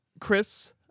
Chris